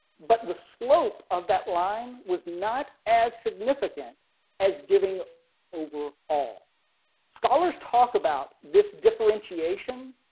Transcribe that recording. but the slope of that line was not as significant as giving over all scholars talk about this differentiation